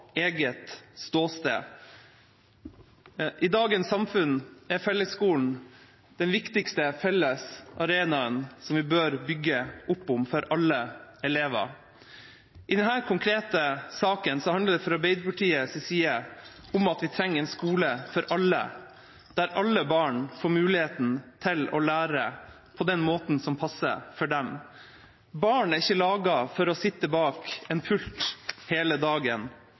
eget ståsted. I dagens samfunn er fellesskolen den viktigste felles arenaen som vi bør bygge opp om, for alle elever. I denne konkrete saken handler det fra Arbeiderpartiets side om at vi trenger en skole for alle, der alle barn får mulighet til å lære på den måten som passer for dem. Barn er ikke laget for å sitte bak en pult hele dagen.